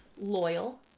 loyal